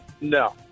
No